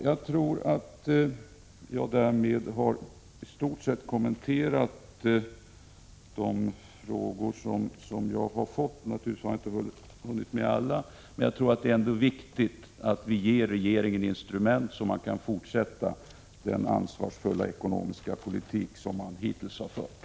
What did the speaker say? Jag tror att jag därmed i stort sett har kommenterat de frågor som jag har fått. Naturligtvis har jag inte hunnit svara på alla. Men jag vill slutligen säga att det är viktigt att vi ger regeringen instrument så att den kan fortsätta den ansvarsfulla ekonomiska politik som hittills förts.